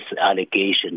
allegations